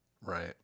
Right